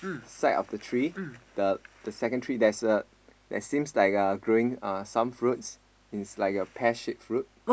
side of the tree the the second tree there's a there seems like uh growing uh some fruits it's like a pear shaped fruit